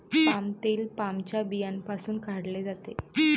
palm तेल पामच्या बियांपासून काढले जाते